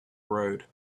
road